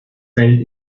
feld